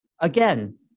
Again